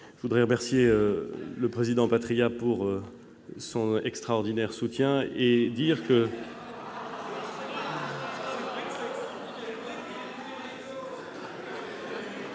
voudrais remercier le président Patriat pour son extraordinaire soutien. C'est vrai que